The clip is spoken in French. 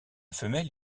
femelle